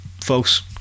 folks